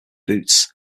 boots